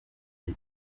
ihe